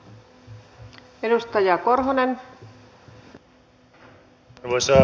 arvoisa puhemies